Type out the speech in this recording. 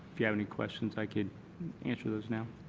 if you have any questions, i can answer those now.